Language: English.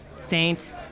Saint